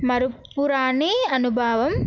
మరుపురాణ అనుభావం